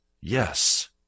Yes